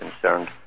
concerned